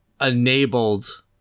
enabled